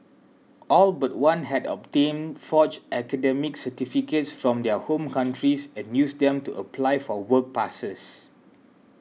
all but one had obtained forged academic certificates from their home countries and used them to apply for work passes